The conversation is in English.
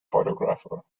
photographer